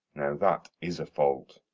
now that is a fault.